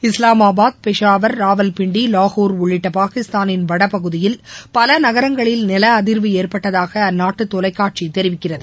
இஸ்லாமாபாத் பெஷாவர் ராவல்பிண்டி லாகூர் உள்ளிட்ட பாகிஸ்தானின் வட பகுதியில் பல நகரங்களில் நில அதிர்வு ஏற்பட்டதாக அந்நாட்டு தொலைக்காட்சி தெரிவிக்கிறது